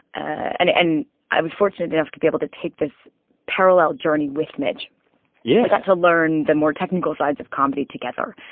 and and i was fortunate enough to be able to take this parallel journey with midge yeah we got to learn the more technical sides of comedy together.